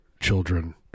children